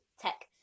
tech